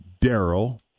Daryl